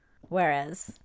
Whereas